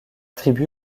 tribu